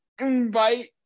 invite